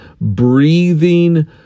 breathing